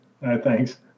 Thanks